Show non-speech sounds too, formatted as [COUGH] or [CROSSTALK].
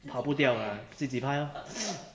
跑不掉 lah 自己拍 lor [NOISE]